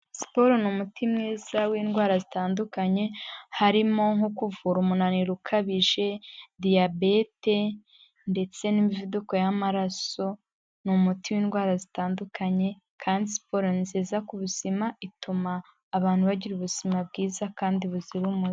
Siporo ni umuti mwiza w'indwara zitandukanye harimo nko kuvura umunaniro ukabije, diyabete ndetse n'imivuduko y'amaraso, ni umuti w'indwara zitandukanye kandi siporo nziza ku buzima ituma abantu bagira ubuzima bwiza kandi buzira umuze.